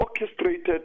orchestrated